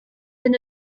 been